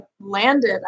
landed